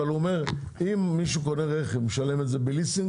אבל הוא אומר: אם מישהו קונה רכב והוא משלם את זה בליסינג,